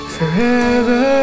Forever